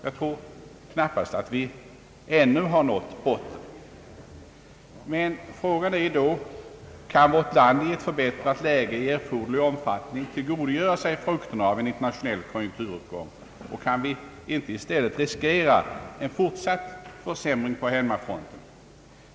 Jag tror knappast att vi ännu har nått botten. Frågan är: Kan vårt land i ett förbättrat läge i erforderlig omfattning tillgodogöra sig frukterna av en internationell konjunkturuppgång? Kan vi i stället inte riskera en fortsatt försämring på hemmafronten?